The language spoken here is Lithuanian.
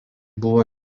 buvo